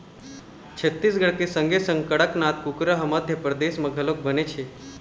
छत्तीसगढ़ के संगे संग कड़कनाथ कुकरा ह मध्यपरदेस म घलोक बनेच हे